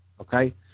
okay